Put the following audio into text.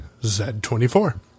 Z24